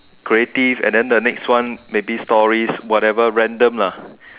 creative and then the next one maybe stories whatever random lah